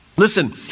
Listen